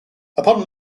upon